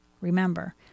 Remember